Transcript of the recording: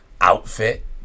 outfit